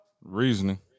Reasoning